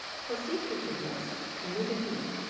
for secretiveness, timidity,